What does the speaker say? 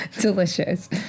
delicious